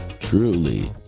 Truly